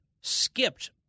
skipped